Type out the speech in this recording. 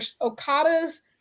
Okada's